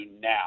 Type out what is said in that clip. now